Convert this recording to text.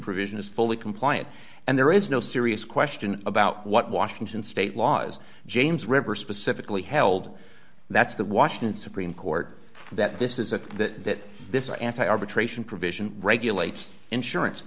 provision is fully compliant and there is no serious question about what washington state laws james river specifically held that's the washington supreme court that this is a that this anti arbitration provision regulates insurance